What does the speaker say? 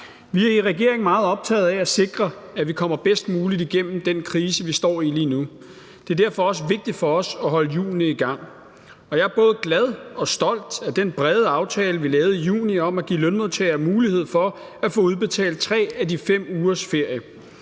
os. Regeringen er meget optaget af at sikre, at vi kommer bedst muligt igennem den krise, vi står i lige nu. Det er derfor også vigtigt for os at holde hjulene i gang, og jeg er både glad for og stolt over den brede aftale, vi lavede i juni om at give lønmodtagere mulighed for at få udbetalt 3 af de 5 ugers ferie.